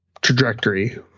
trajectory